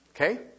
Okay